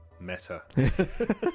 meta